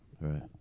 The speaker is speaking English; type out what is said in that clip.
Right